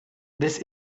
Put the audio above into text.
this